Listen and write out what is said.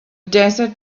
desert